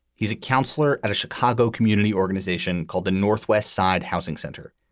he's a counselor at a chicago community organization called the northwest side housing center.